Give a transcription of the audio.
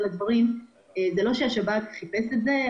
שזה לא שהשב"כ חיפש את זה.